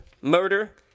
murder